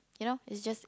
you know it's just